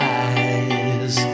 eyes